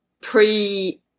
pre